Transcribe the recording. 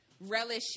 Relish